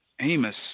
Amos